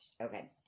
Okay